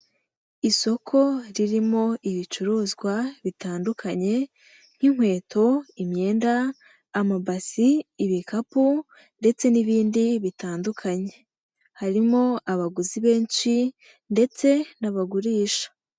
Isoko ririmo ibicuruzwa bitandukanye nk'inkweto, imyenda, amabasi, ibikapu ndetse n'ibindi bitandukanye, harimo abaguzi benshi ndetse n'abagurisha.